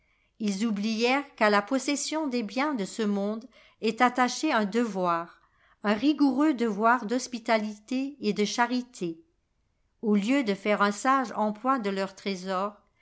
ils oublièrent qu'à la possession des biens de ce monde est attaché un devoir un rigoureux devoir d'hospitalité et de charité au lieu de faire un sage emploi de leurs trésors